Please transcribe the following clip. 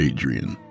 Adrian